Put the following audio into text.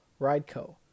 RideCo